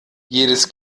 jedes